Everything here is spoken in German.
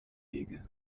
wege